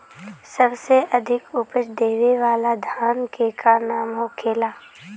सबसे अधिक उपज देवे वाला धान के का नाम होखे ला?